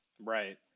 Right